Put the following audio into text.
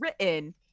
written